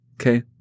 Okay